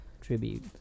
tribute